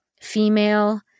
female